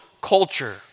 culture